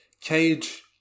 Cage